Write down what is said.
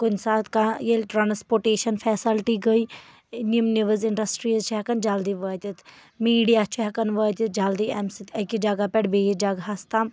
کُنہِ ساتہٕ کانٛہہ ییٚلہِ ٹرانَسپوٹیشن فیسلٹی گٔے یِم نِوز اِنڈسٹریٖز چھِ ہٮ۪کان جلدی وٲتِتھ میٖڈیا چھُ ہٮ۪کان وٲتِتھ جلدی امہِ سۭتۍ أکِس جگہہ پٮ۪ٹھ بیٚیِس جگہس تام